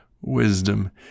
wisdom